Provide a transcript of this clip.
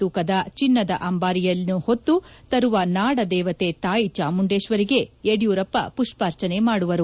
ತೂಕದ ಚಿನ್ನದ ಅಂಬಾರಿಯಲ್ಲಿ ಹೊತ್ತು ತರುವ ನಾಡ ದೇವತೆ ತಾಯಿ ಚಾಮುಂಡೇಶ್ವರಿಗೆ ಯಡಿಯೂರಪ್ಪ ಪುಷ್ಪಾರ್ಚನೆ ಮಾಡುವರು